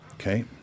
okay